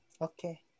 Okay